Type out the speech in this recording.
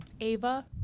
Ava